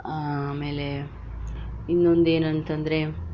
ಆಮೇಲೆ ಇನ್ನೊಂದು ಏನು ಅಂತಂದರೆ